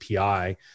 API